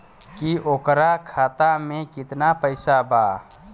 की ओकरा खाता मे कितना पैसा बा?